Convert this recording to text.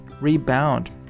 rebound